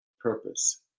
purpose